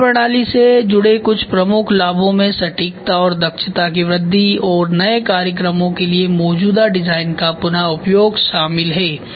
कार्यप्रणाली से जुड़े कुछ प्रमुख लाभों में सटीकता और दक्षता की वृद्धि और नए कार्यक्रमों के लिए मौजूदा डिजाइन का पुन उपयोग शामिल है